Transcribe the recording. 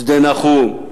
שדה-נחום,